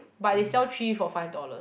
but they sell three for five dollar